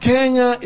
Kenya